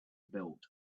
built